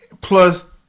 plus